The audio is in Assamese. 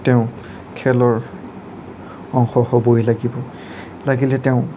তেওঁ খেলৰ অংশ হ'বই লাগিব লাগিলে তেওঁ